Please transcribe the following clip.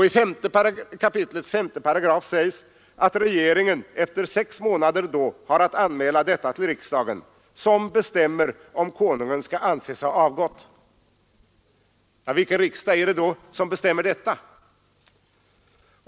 I 5 kap. 5 § sägs att regeringen. efter sex månader har att anmäla detta till riksdagen, som bestämmer om konungen skall anses ha avgått. Ja, vilken riksdag är det då som bestämmer detta?